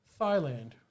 Thailand